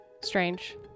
strange